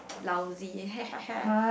lousy